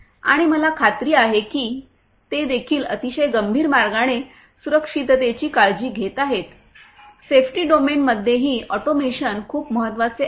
आणि मला खात्री आहे की ते देखील अतिशय गंभीर मार्गाने सुरक्षिततेची काळजी घेत आहेत सेफ्टी डोमेनमध्येही ऑटोमेशन खूप महत्वाचे आहे